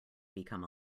become